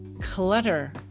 clutter